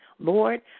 Lord